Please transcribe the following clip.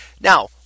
Now